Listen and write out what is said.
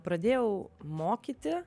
pradėjau mokyti